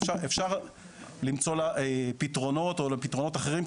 אפשר למצוא לה פתרונות או פתרונות אחרים,